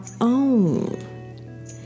own